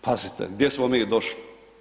Pazite gdje smo mi došli.